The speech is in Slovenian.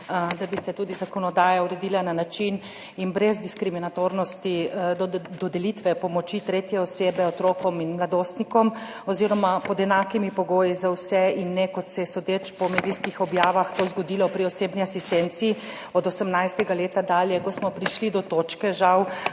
da bi se tudi zakonodaja uredila na način in brez diskriminatornosti do dodelitve pomoči tretje osebe otrokom in mladostnikom oziroma pod enakimi pogoji za vse in ne, kot se je sodeč po medijskih objavah, to zgodilo pri osebni asistenci od 18. leta dalje, ko smo prišli do točke, žal,